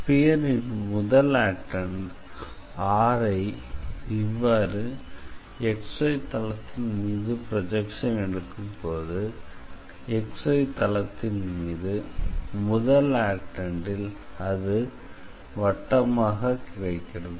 sphere ன் முதல் octant R ஐ இவ்வாறு xy தளத்தின் மீது ப்ரொஜெக்சன் எடுக்கும்போது xy தளத்தின் மீது முதல் ஆக்டெண்ட் ல் அது வட்டமாக கிடைக்கிறது